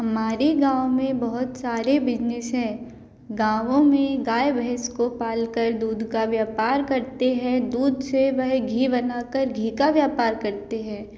हमारे गाँव में बहुत सारे बिज़नीस हैं गाँवो में गाय भैस को पाल कर दुध का व्यपार करते हैं दुध से वह घी बना कर घी का व्यपार करते हैं